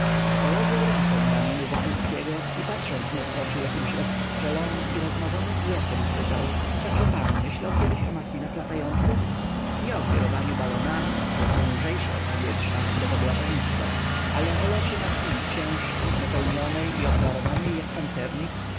położył rękę na ramieniu wokulskiego i patrząc mu w oczy jakimś rozstrzelonym i rozmarzonym wzrokiem spytał wszakże pan myślał kiedyś o machinach latających nie o kierowaniu balonami które są lżejsze od powietrza bo to błazeństwo ale o locie machiny ciężkiej napełnionej i obwarowanej jak pancernik czy pan